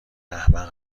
احمق